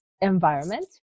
environment